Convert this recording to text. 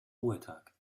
ruhetag